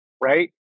right